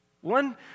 One